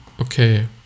okay